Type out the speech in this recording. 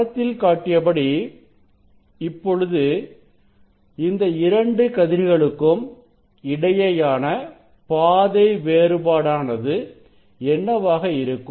படத்தில் காட்டியபடி இப்போது இந்த இரண்டு கதிர்களுக்கும் இடையேயான பாதை வேறுபாடானது என்னவாக இருக்கும்